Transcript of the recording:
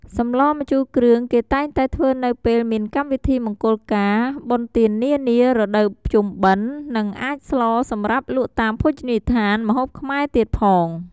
សម្លម្ជូរគ្រឿងគេតែងតែធ្វើនៅពេលមានកម្មវិធីមង្គលការ បុណ្យទាននានា រដូវភ្ជុំបិណ្ឌ និងអាចស្លសម្រាប់លក់តាមភោជនីយដ្ឋានម្ហូបខ្មែរទៀតផង។